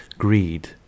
greed